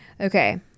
Okay